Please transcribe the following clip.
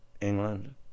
England